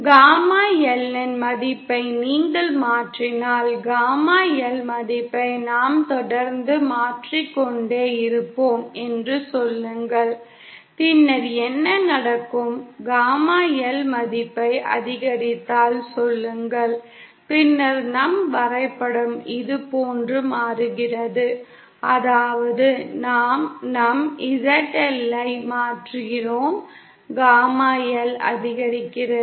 gamma L இன் மதிப்பை நீங்கள் மாற்றினால் காமா L மதிப்பை நாம் தொடர்ந்து மாற்றிக் கொண்டே இருப்போம் என்று சொல்லுங்கள் பின்னர் என்ன நடக்கும் காமா L மதிப்பை அதிகரித்தால் சொல்லுங்கள் பின்னர் நம் வரைபடம் இதுபோன்று மாறுகிறது அதாவது நாம் நம் ZLயை மாற்றுகிறோம் காமா L அதிகரிக்கிறது